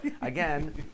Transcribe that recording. again